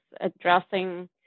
addressing